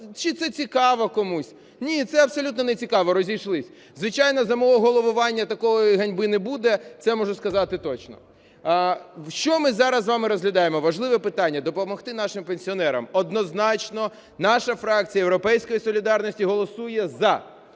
чи це цікаво комусь? Ні, це абсолютно нецікаво, розійшлись. Звичайно, за мого головування такої ганьби не буде, це я можу сказати точно. Що ми зараз з вами розглядаємо? Важливе питання - допомогти нашим пенсіонерам. Однозначно наша фракція "Європейської солідарності" голосує за.